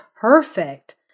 perfect